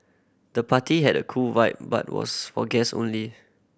the party had a cool vibe but was for guess only